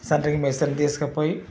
centring మేస్త్రిని తీసుకోపోయి